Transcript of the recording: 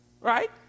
Right